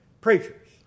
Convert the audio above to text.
preachers